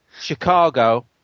Chicago